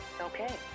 Okay